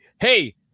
Hey